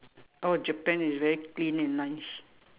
oh Japan is very clean and nice